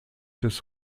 des